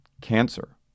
cancer